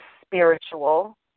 spiritual